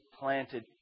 planted